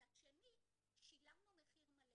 מצד שני שילמנו מחיר מלא.